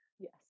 yes